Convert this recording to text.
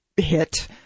hit